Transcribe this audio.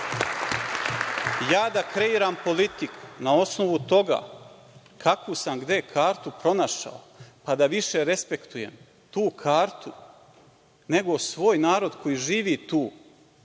Ja da kreiram politiku na osnovu toga kakvu sam gde kartu pronašao, pa da više respektujem tu kartu nego svoj narod koji živi tu,